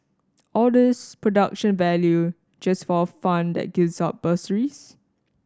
all this production value just for a fund that gives out bursaries